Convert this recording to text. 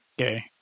Okay